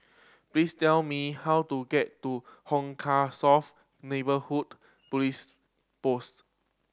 please tell me how to get to Hong Kah South Neighbourhood Police Post